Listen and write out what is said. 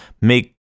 make